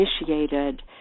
initiated